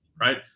right